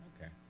Okay